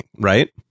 right